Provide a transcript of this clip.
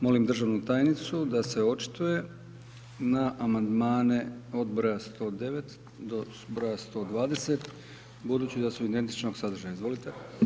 Molim državnu tajnicu da se očituje na amandmane od broja 109. do broja 120. budući da su identičnog sadržaja, izvolite.